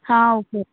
हां ओके